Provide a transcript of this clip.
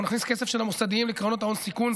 אנחנו נכניס כסף של המוסדיים לקרנות הון-סיכון.